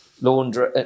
Laundry